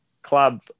club